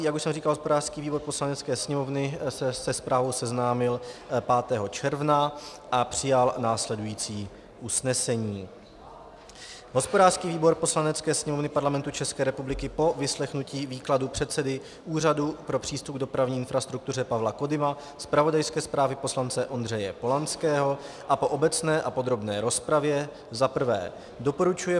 Jak už jsem říkal, hospodářský výbor Poslanecké sněmovny se se zprávou seznámil 5. června 2018 a přijal následující usnesení: Hospodářský výbor Poslanecké sněmovny Parlamentu České republiky po vyslechnutí výkladu předsedy Úřadu pro přístup k dopravní infrastruktuře Pavla Kodyma, zpravodajské zprávy poslance Ondřeje Polanského a po obecné a podrobné rozpravě zaprvé doporučuje